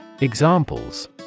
Examples